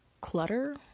clutter